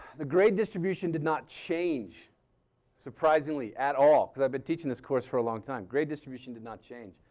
the grade distribution did not change surprisingly at all because i've been teaching this course for a long time. grade distribution did not change.